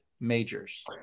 majors